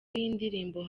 y’indirimbo